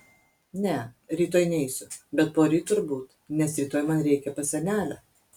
ne rytoj neisiu bet poryt turbūt nes rytoj man reikia pas senelę